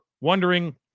wondering